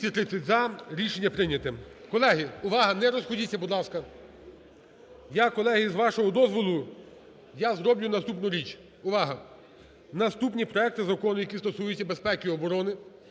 Колеги, увага, не розіходьтеся, будь ласка. Я, колеги, з вашого дозволу я зроблю наступну річ, увага. Наступні проекти закону, які стосуються безпеки і оборони,